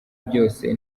byose